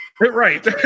Right